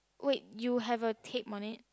wait you have a tape on it